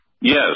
Yes